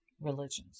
religions